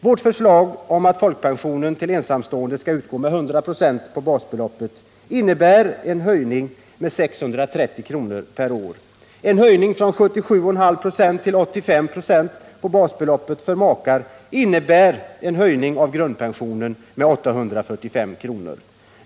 Vårt förslag om att folkpensionen till ensamstående skall utgå med 100 96 på basbeloppet innebär en höjning med 630 kr. per år. En höjning från 77,5 96 till 85 96 på basbeloppet för makar innebär en höjning av grundpensionen med 845 kr.